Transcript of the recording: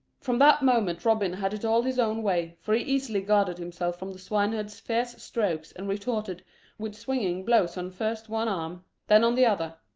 from that moment robin had it all his own way, for he easily guarded himself from the swineherd's fierce strokes and retorted with swinging blows on first one arm, then on the other.